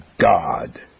God